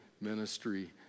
ministry